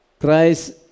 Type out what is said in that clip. Christ